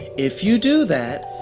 if you do that,